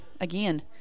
again